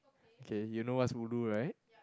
K you know what's ulu right